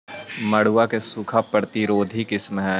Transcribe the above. मड़ुआ के सूखा प्रतिरोधी किस्म हई?